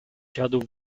shadow